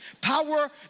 power